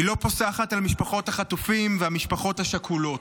היא לא פוסחת על משפחות החטופים והמשפחות השכולות.